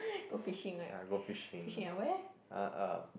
yeah go fishing uh uh